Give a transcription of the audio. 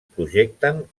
projecten